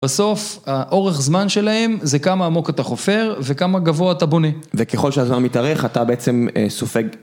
בסוף, האורך זמן שלהם, זה כמה עמוק אתה חופר וכמה גבוה אתה בונה. וככל שהזמן מתארך, אתה בעצם אא סופג.